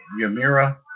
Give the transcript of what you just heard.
Yamira